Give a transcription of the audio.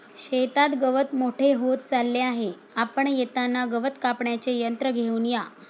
शेतात गवत मोठे होत चालले आहे, आपण येताना गवत कापण्याचे यंत्र घेऊन या